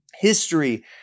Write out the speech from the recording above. history